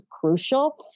crucial